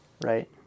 right